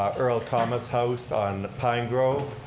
earl thomas house on pine grove.